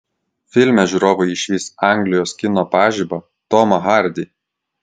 filme žiūrovai išvys anglijos kino pažibą tomą hardy